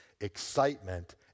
excitement